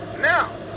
Now